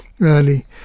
early